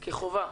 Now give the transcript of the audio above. כחובה.